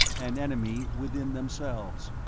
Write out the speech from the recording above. an enemy within themselves.